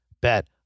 bet